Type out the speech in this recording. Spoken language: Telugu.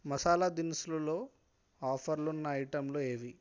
మసాలా దినుసులులో ఆఫర్లు ఉన్న ఐటెమ్లు ఏవి